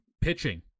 Pitching